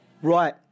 Right